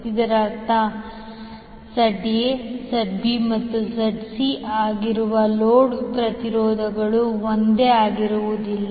ಇದರರ್ಥ ZA ZB ಮತ್ತು ZC ಆಗಿರುವ ಲೋಡ್ ಪ್ರತಿರೋಧಗಳು ಒಂದೇ ಆಗಿರುವುದಿಲ್ಲ